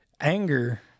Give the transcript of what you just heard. Anger